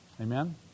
Amen